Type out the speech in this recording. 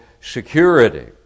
security